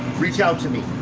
reach out to me.